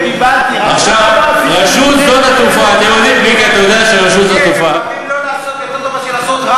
מיקי, מה שנסענו רוורס, עוד לא נסעתם קדימה.